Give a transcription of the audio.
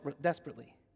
desperately